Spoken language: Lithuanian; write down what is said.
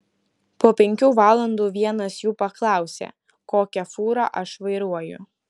po penkių valandų vienas jų paklausė kokią fūrą aš vairuoju